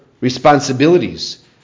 responsibilities